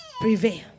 prevail